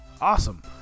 awesome